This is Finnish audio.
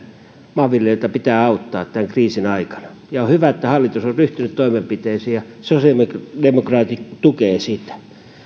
maanviljelijöitä pitää auttaa tämän kriisin aikana on hyvä että hallitus on ryhtynyt toimenpiteisiin ja sosiaalidemokraatit tukevat sitä